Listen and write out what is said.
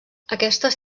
aquestes